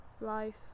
life